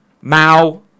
Mao